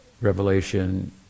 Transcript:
revelation